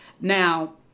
Now